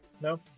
No